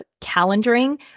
calendaring